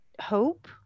hope